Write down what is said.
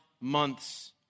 months